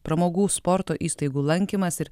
pramogų sporto įstaigų lankymas ir